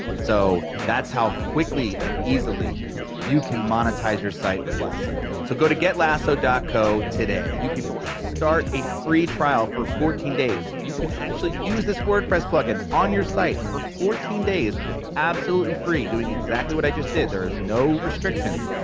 so that's how quickly and easily you can monetize your site with lasso. so go to getlasso and co today. you can start a free trial for fourteen days. you can actually use this wordpress plugin on your site for fourteen days absolutely free doing exactly what i just did. there is no restrictions.